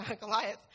Goliath